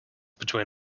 between